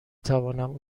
توانم